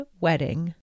wedding